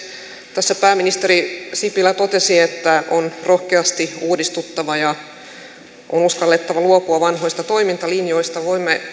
tässä pääministeri sipilä totesi että on rohkeasti uudistuttava ja on uskallettava luopua vanhoista toimintalinjoista voimme